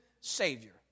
Savior